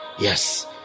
Yes